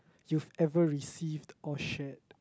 you've ever received or shared